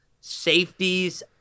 Safeties